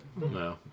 No